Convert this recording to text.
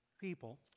people